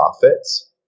profits